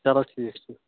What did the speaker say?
چلو ٹھیٖک چھِ